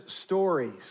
stories